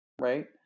right